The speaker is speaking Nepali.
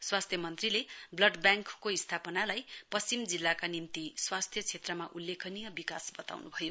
स्वास्थ्य मन्त्रीले ब्लड ब्याङ्कको स्थापनालाई पश्चिम जिल्लाका निम्ति स्वास्थ्य क्षेत्रमा उल्लेखनीय विकास बताउनुभयो